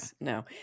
no